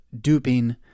duping